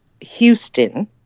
Houston